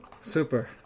Super